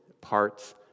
parts